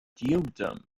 dukedom